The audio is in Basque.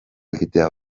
egitea